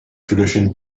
tradition